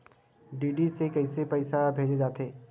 DD से कइसे पईसा भेजे जाथे?